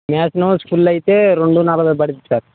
mansion house full అయితే రెండు నలభై పడుతుంది సార్